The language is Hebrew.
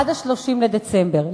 עד 30 בדצמבר,